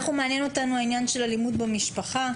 מעניין אותנו העניין של אלימות במשפחה,